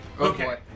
Okay